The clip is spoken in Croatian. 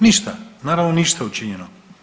Ništa, naravno ništa učinjeno.